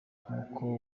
nkuko